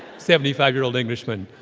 seventy five year old englishman.